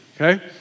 okay